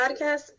podcast